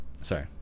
sorry